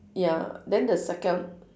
ya then the second